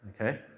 Okay